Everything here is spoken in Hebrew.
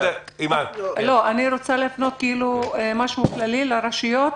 אני רוצה להפנות משהו כללי לרשויות,